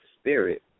spirit